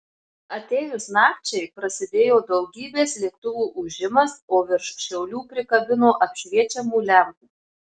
atėjus nakčiai prasidėjo daugybės lėktuvų ūžimas o virš šiaulių prikabino apšviečiamų lempų